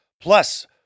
Plus